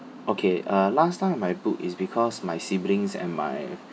okay uh last time my book is because my siblings and my